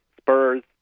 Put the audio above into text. Spurs